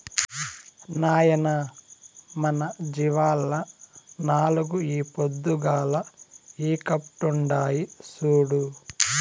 నాయనా మన జీవాల్ల నాలుగు ఈ పొద్దుగాల ఈకట్పుండాయి చూడు